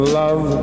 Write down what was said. love